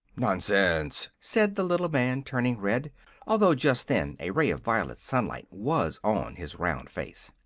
nonsense! said the little man, turning red although just then a ray of violet sunlight was on his round face.